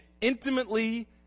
intimately